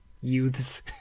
youths